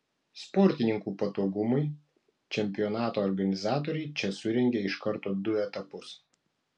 sportininkų patogumui čempionato organizatoriai čia surengė iš karto du etapus